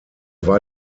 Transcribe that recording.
war